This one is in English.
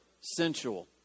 sensual